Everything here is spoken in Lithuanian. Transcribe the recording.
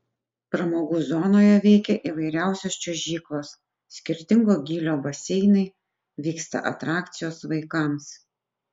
pramogų zonoje veikia įvairiausios čiuožyklos skirtingo gylio baseinai vyksta atrakcijos vaikams